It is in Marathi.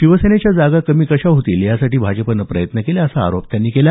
शिवसेनेच्या जागा कमी कशा होतील यासाठी भाजपाने प्रयत्न केले असा आरोप त्यांनी केला